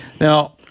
Now